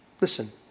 Listen